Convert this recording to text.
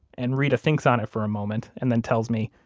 and reta thinks on it for a moment and then tells me,